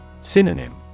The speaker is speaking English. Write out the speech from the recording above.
Synonym